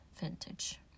vintage